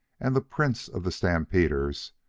and the prince of the stampeders,